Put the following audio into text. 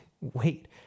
wait